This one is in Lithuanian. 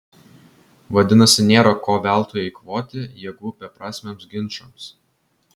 vadinasi nėra ko veltui eikvoti jėgų beprasmiams ginčams